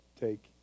Take